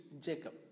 Jacob